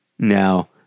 Now